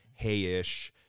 hayish